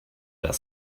das